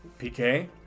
PK